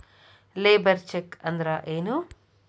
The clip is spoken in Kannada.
ಲೇಬರ್ ಚೆಕ್ ಅಂದ್ರ ಏನು?